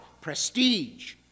prestige